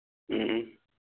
ꯎꯝ ꯎꯝ